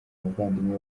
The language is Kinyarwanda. abavandimwe